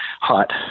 Hot